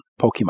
Pokemon